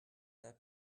that